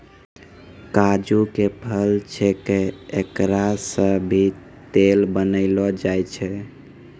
काजू के फल छैके एकरा सॅ भी तेल बनैलो जाय छै